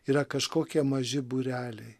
yra kažkokie maži būreliai